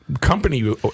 company